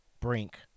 brink